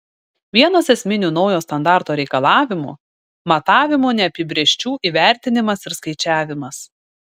vienas esminių naujo standarto reikalavimų matavimų neapibrėžčių įvertinimas ir skaičiavimas